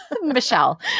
Michelle